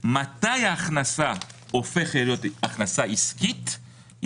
המס מתחילות אם אין לו יגיעה אישית מ-30%,